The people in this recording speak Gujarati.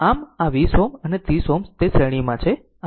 આમ આ 20 Ω અને 30 Ω તે શ્રેણીમાં છે